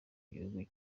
gihugu